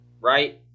right